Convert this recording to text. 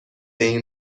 این